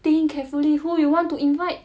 think carefully who you want to invite